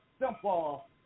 simple